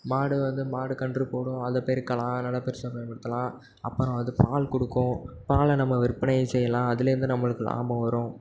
மாடு வந்து மாடு கன்று போடும் அதை பெறுக்கலாம் நல்லா பெருசாக பயன்படுத்தலாம் அப்புறம் அது பால் கொடுக்கும் பாலை நம்ம விற்பனை செய்யலாம் அதிலேருந்து நம்மளுக்கு லாபம் வரும்